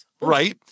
right